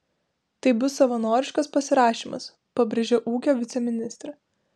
tai bus savanoriškas pasirašymas pabrėžia ūkio viceministrė